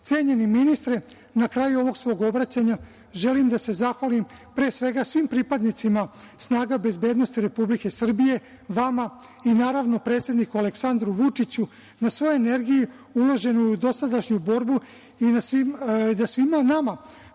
učini. Cenjeni ministre, na kraju svog obraćanja želim da se zahvalim svim pripadnicima snaga bezbednosti Republike Srbije, vama i, naravno, predsedniku Aleksandru Vučiću na svoj energiji uloženoj u dosadašnju borbi i da svima nama